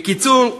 בקיצור,